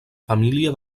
família